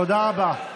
תודה רבה.